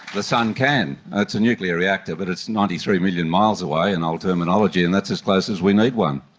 the sun can. it's a nuclear reactor but it's ninety three million miles away in old terminology and that's as close as we need one.